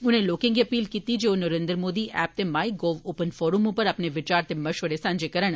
उनें लोकें गी अपील कीती ऐ जे ओह नरेन्द्र मोदी ऐप्प ते माई गोव ओपन फोरम च अपने विचार ते मशवरे सांझे करन